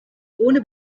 ohne